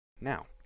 Now